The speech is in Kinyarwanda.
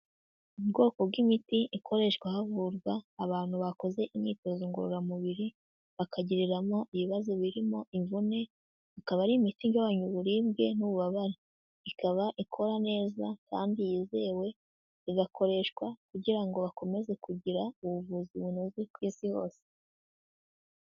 Ubwoko bw'imiti ikoreshwa havurwa abantu bakoze imyitozo ngororamubiri bakagiriramo ibibazo birimo imvune, ikaba ari imiti igabanya uburibwe n'ububabare, ikaba ikora neza kandi yizewe, igakoreshwa kugira ngo bakomeze kugira ubuvuzi bunoze ku isi hose.